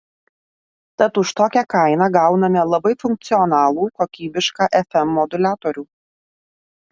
tad už tokią kainą gauname labai funkcionalų kokybišką fm moduliatorių